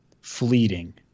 fleeting